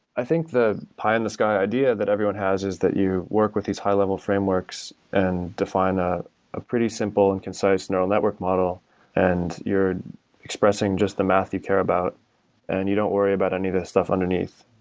i think the pie-in-the-sky idea that everyone has is that you work with these high-level frameworks and define a ah pretty simple and concise neural network model and you're expressing just the math you care about and you don't worry about any of the stuff underneath.